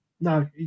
no